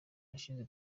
urashize